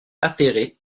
appéré